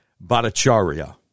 Bhattacharya